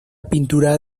pintura